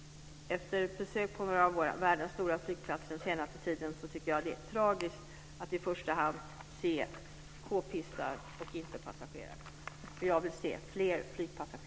Efter ett besök på några av världens stora flygplatser den senaste tiden tycker jag att det är tragiskt att i första hand se kpistar och inte passagerare. Jag vill se fler flygpassagerare.